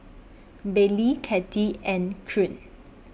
Baylie Kattie and Knute